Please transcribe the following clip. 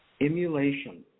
Emulation